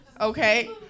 okay